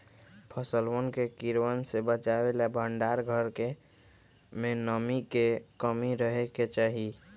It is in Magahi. फसलवन के कीड़वन से बचावे ला भंडार घर में नमी के कमी रहे के चहि